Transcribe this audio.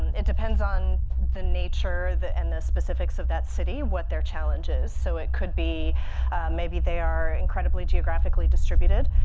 and it depends on the nature and the specifics of that city, what their challenge is. so it could be maybe they are incredibly geographically distributed.